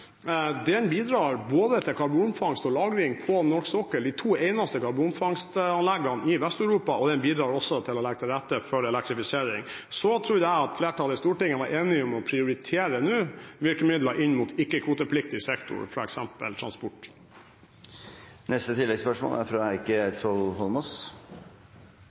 Den bidrar både til karbonfangst og -lagring på norsk sokkel – de to eneste karbonfangstanleggene i Vest-Europa – og til å legge til rette for elektrifisering. Jeg trodde at flertallet i Stortinget var enig om nå å prioritere virkemidler inn mot ikke-kvotepliktig sektor, f.eks. transport.